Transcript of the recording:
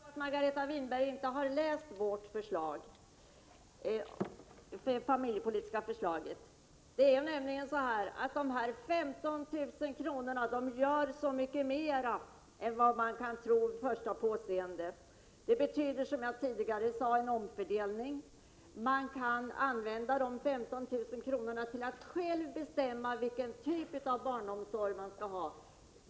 Fru talman! Jag förstår att Margareta Winberg inte har läst vårt familjepolitiska förslag. Dessa 15 000 kr. innebär nämligen mycket mer än vad man vid första påseendet kan tro. Det betyder, som jag tidigare sade, en omfördelning. Man kan använda dessa 15 000 kr. till att själv bestämma vilken typ av barnomsorg man skall ha.